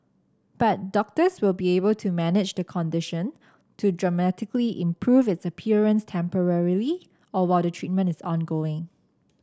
but doctors will be able to manage the condition to dramatically improve its appearance temporarily or while the treatment is ongoing